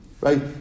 right